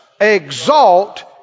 exalt